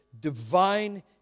divine